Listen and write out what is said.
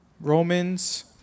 Romans